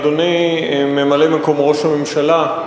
אדוני ממלא-מקום ראש הממשלה,